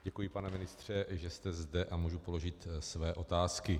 Děkuji, pane ministře, že jste zde, a můžu položit své otázky.